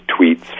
tweets